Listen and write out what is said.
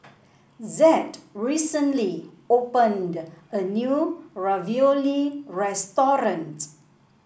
Zed recently opened a new Ravioli restaurant